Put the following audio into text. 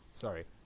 Sorry